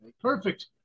perfect